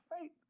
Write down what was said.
faith